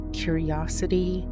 curiosity